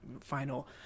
final